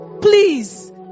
Please